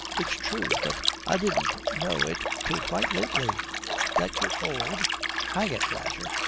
it's true but i didn't know it till quite lately that you're old hang it, roger,